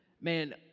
man